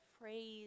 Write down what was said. phrase